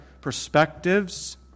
perspectives